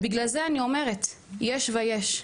ולכן אני אומרת, יש ויש.